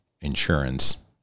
insurance